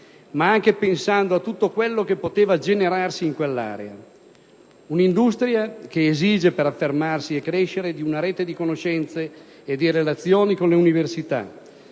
ma anche a tutto quello che poteva generarsi in quell'area: un'industria che esige, per affermarsi e crescere, una rete di conoscenze e di relazioni con le università,